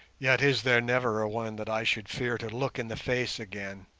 yet is there never a one that i should fear to look in the face again,